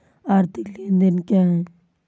आर्थिक लेनदेन क्या है?